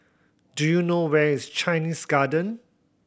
do you know where is Chinese Garden